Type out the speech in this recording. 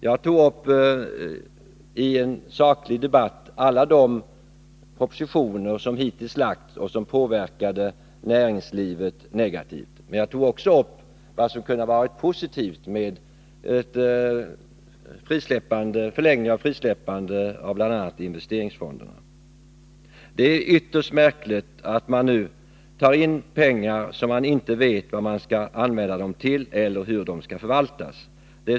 Jag tog i en saklig debatt upp alla de propositioner som hittills har lagts fram och som har påverkat näringslivet negativt, men jag tog också upp det som kunde vara positivt med en förlängning av perioden för frisläppande av bl.a. investeringsfonderna. Det är ytterst märkligt att man nu tar in pengar som man inte vet vad de skall användas till eller hur de skall förvaltas.